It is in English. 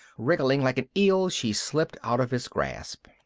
wriggling like an eel, she slipped out of his grasp.